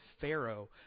Pharaoh